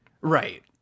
Right